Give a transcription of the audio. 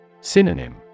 Synonym